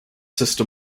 system